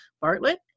Bartlett